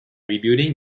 rebuilding